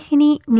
ah beanie